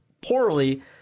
poorly